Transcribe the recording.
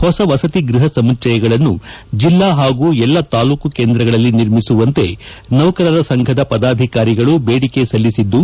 ಹೊಸ ವಸತಿ ಗೃಹ ಸಮುಚ್ಹಯಗಳನ್ನು ಜಿಲ್ಲಾ ಪಾಗೂ ಎಲ್ಲಾ ತಾಲ್ಡೂಕು ಕೇಂದ್ರಗಳಲ್ಲಿ ನಿರ್ಮಿಸುವಂತೆ ನೌಕರರ ಸಂಘದ ಪದಾಧಿಕಾರಿಗಳು ಬೇಡಿಕೆ ಸಲ್ಲಿಸಿದ್ದು